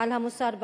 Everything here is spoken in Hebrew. על המוסר בארץ,